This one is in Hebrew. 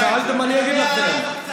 שאלתם, אני אגיד לכם.